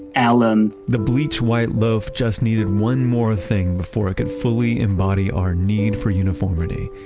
alum, the bleach white loaf just needed one more thing before it could fully embody our need for uniformity.